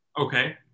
okay